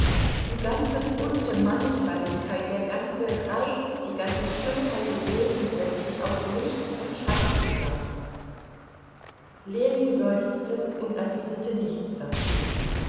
die ganze bunte mannigfaltigkeit der ganze reiz die ganze schönheit des lebens setzt sich aus licht und schatten zusammen ljewin seufzte und erwiderte nichts darauf